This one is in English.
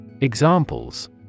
Examples